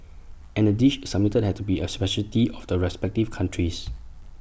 and the dish submitted had to be A speciality of the respective countries